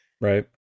Right